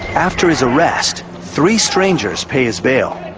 after his arrest, three strangers pay his bill,